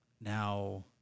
Now